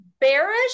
bearish